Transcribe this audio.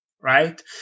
right